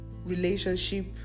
relationship